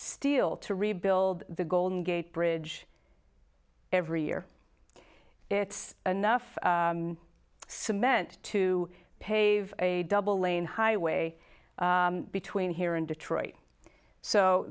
steel to rebuild the golden gate bridge every year it's enough cement to pave a double lane highway between here and detroit so